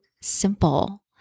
simple